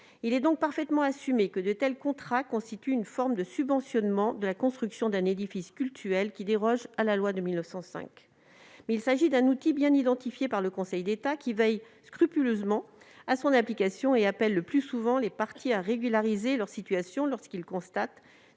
Il est donc parfaitement assumé que de tels contrats constituent une forme de subventionnement de la construction d'un édifice cultuel, en dérogation à la loi de 1905. Il s'agit cependant d'un outil bien identifié par le Conseil d'État, qui veille scrupuleusement à son application et appelle le plus souvent les parties à régulariser leur situation lorsqu'il constate